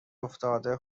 افتاده